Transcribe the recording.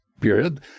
period